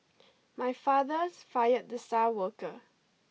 my father's fired the star worker